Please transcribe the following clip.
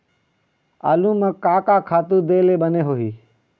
आलू म का का खातू दे ले बने होही?